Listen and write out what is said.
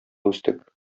үстек